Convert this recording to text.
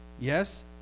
yes